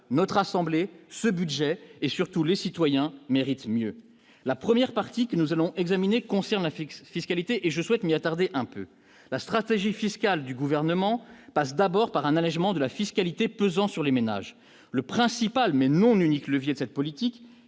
notre assemblée ce budget et surtout les citoyens méritent mieux la première partie, que nous allons examiner fixe fiscalité et je souhaite m'y attarder un peu la stratégie fiscale du gouvernement passe d'abord par un allégement de la fiscalité pesant sur les ménages le principale mais non unique levier de cette politique